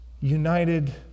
united